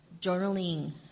journaling